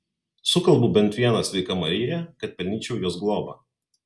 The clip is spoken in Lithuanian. sukalbu bent vieną sveika marija kad pelnyčiau jos globą